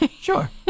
Sure